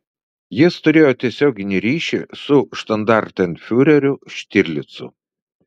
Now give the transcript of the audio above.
jis turėjo tiesioginį ryšį su štandartenfiureriu štirlicu